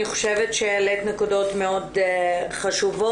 אני חושבת שהעלית נקודות מאוד חשובות.